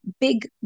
big